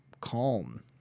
calm